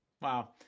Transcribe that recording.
Wow